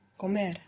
Comer